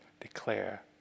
declare